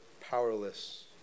Powerless